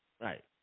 right